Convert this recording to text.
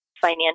financial